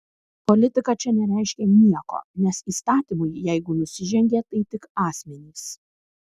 politika čia nereiškia nieko nes įstatymui jeigu nusižengė tai tik asmenys